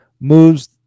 moves